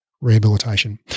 Rehabilitation